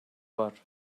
var